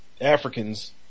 Africans